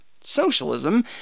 socialism